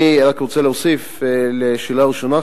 אני רק רוצה להוסיף לגבי השאלה הראשונה,